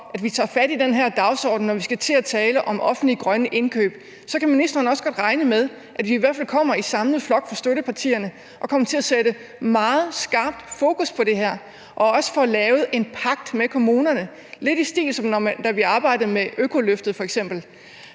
at vi tager fat i den her dagsorden, når vi skal til at tale om offentlige grønne indkøb, så kan ministeren også godt regne med, at vi i hvert fald i samlet flok fra støttepartiernes side kommer til at sætte meget skarpt fokus på det her og på også at få lavet en pagt med kommunerne, lidt i stil med, da vi f.eks. arbejdede med økoløftet, så